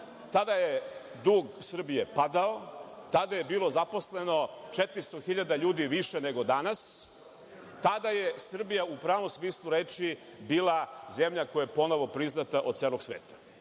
tada je dug Srbije padao, tada je bilo zaposleno 400 hiljada ljudi više nego danas, tada je Srbija u pravom smislu reči bila zemlja koja je ponovo priznata od celog sveta